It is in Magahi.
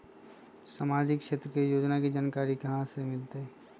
सामाजिक क्षेत्र के योजना के जानकारी कहाँ से मिलतै?